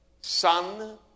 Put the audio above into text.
son